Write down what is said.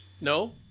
no